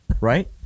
Right